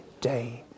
day